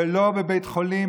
ולא בבית חולים,